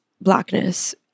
blackness